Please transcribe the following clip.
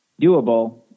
doable